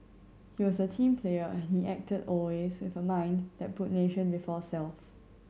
he was a team player and he acted always with a mind that put nation before self